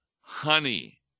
honey